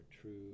true